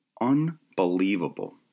Unbelievable